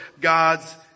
God's